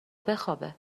بخوابه